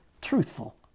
truthful